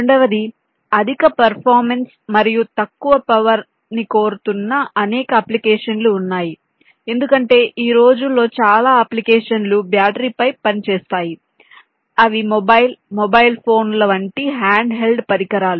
రెండవది అధిక పెర్ఫార్మెన్స్ మరియు తక్కువ పవర్ ని కోరుతున్న అనేక అప్లికేషన్ లు ఉన్నాయి ఎందుకంటే ఈ రోజుల్లో చాలా అప్లికేషన్ లు బ్యాటరీపై పనిచేస్తాయి అవి మొబైల్ మొబైల్ ఫోన్ల వంటి హ్యాండ్హెల్డ్ పరికరాలు